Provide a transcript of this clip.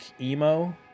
emo